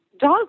dog